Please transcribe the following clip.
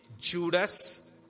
Judas